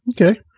Okay